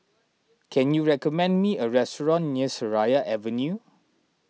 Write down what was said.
can you recommend me a restaurant near Seraya Avenue